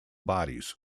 bodies